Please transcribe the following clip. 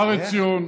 כפר עציון,